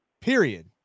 Period